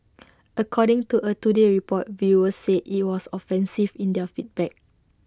according to A today Report viewers said IT was offensive in their feedback